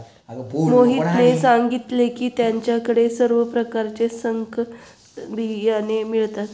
मोहितने सांगितले की त्याच्या कडे सर्व प्रकारचे संकरित बियाणे मिळतात